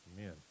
amen